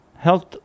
health